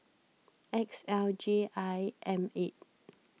X L J I M eight